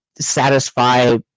satisfy